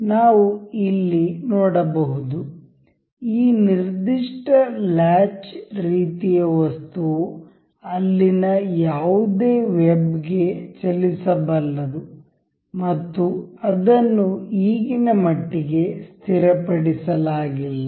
ನಾವು ಇಲ್ಲಿ ನೋಡಬಹುದು ಈ ನಿರ್ದಿಷ್ಟ ಲಾಚ್ ರೀತಿಯ ವಸ್ತುವು ಅಲ್ಲಿನ ಯಾವುದೇ ವೆಬ್ ಗೆ ಚಲಿಸಬಲ್ಲದು ಮತ್ತು ಅದನ್ನು ಈಗಿನ ಮಟ್ಟಿಗೆ ಸ್ಥಿರ ಪಡಿಸಲಾಗಿಲ್ಲ